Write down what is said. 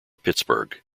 pittsburgh